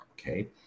Okay